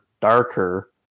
darker